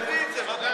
מה פתאום.